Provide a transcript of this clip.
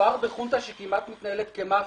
מדובר בחונטה שכמעט מתנהלת כמאפיה,